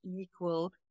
equal